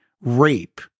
rape